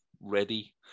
ready